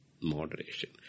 Moderation